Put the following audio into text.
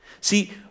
See